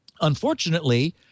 Unfortunately